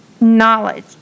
knowledge